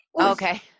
Okay